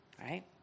right